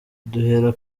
duhere